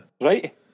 right